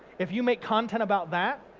if you make content about that,